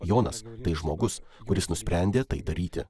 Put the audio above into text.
jonas tai žmogus kuris nusprendė tai daryti